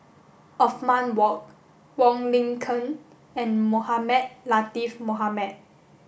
Othman Wok Wong Lin Ken and Mohamed Latiff Mohamed